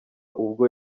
ubwo